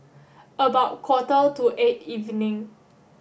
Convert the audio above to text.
about quarter to eight evening